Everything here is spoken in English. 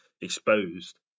exposed